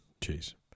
Cheers